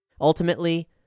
Ultimately